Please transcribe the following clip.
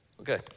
Okay